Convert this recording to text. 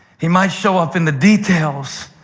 he might show up in the details,